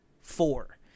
four